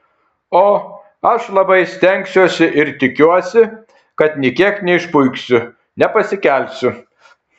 o aš labai stengsiuosi ir tikiuosi kad nė kiek neišpuiksiu nepasikelsiu